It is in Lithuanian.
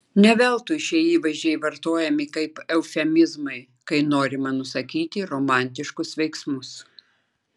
ne veltui šie įvaizdžiai vartojami kaip eufemizmai kai norima nusakyti romantiškus veiksmus